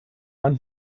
man